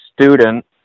student